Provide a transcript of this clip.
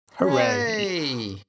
Hooray